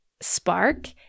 spark